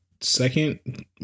second